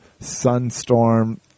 Sunstorm